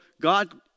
God